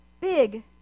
big